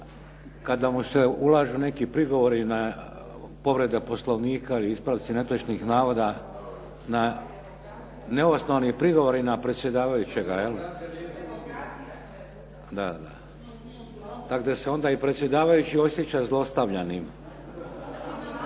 kada mu se ulažu neki prigovori na povrede Poslovnika ili ispravci netočnih navoda, neosnovani prigovori na predsjedavajućega. … /Svi govore u glas, ne razumije se./ … Da, da.